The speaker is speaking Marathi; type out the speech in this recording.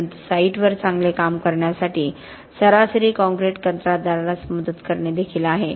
परंतु साइटवर चांगले काम करण्यासाठी सरासरी काँक्रीट कंत्राटदारास मदत करणे देखील आहे